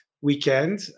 weekend